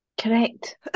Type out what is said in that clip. Correct